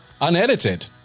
unedited